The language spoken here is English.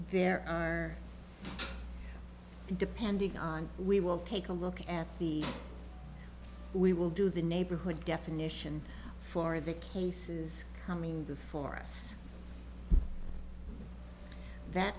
there are depending on we will take a look at the we will do the neighborhood geffen mission for the cases coming before us that